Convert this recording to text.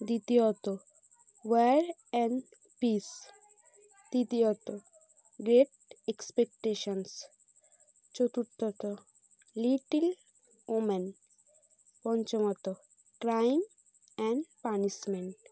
দ্বিতীয়ত war and peace তৃতীয়ত great expectations চতুর্থত লিটল ওম্যান পঞ্চমত ক্রাইম অ্যান্ড পানিশমেন্ট